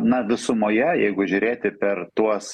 na visumoje jeigu žiūrėti per tuos